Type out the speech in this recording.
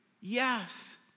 Yes